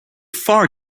far